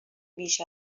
بیش